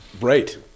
Right